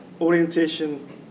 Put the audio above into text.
Orientation